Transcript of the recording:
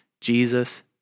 Jesus